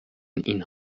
این